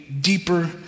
deeper